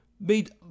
made